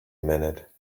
minute